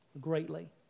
greatly